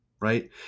right